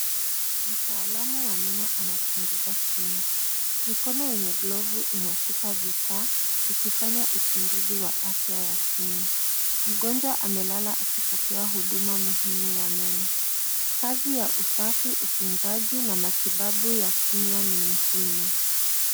Mtaalamu wa meno anachunguza kinywa . Mikono yenye glovu unashika vifaa ikifanya uchunguzi wa afya ya kinywa. Mgonjwa amelala akipokea huduma muhimu ya meno. Kazi ya usafi, utunzaji na matibabu ya kinywa ni muhimu.